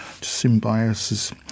symbiosis